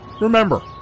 remember